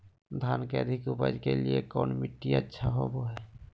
धान के अधिक उपज के लिऐ कौन मट्टी अच्छा होबो है?